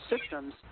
systems